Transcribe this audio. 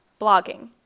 Blogging